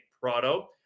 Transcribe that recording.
Prado